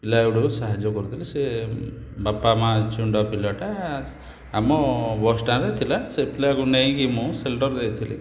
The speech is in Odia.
ପିଲାବେଳୁ ସାହାଯ୍ୟ କରୁଥିଲି ସେ ବାପା ମା ଛେଉଣ୍ଡ ପିଲାଟା ସେ ଆମ ବସ ଷ୍ଟାଣ୍ଡରେ ଥିଲା ସେଇ ପିଲାକୁ ନେଇକି ମୁଁ ଶେଲ୍ଟର ଯାଇଥିଲି